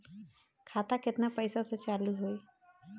खाता केतना पैसा से चालु होई?